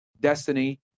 Destiny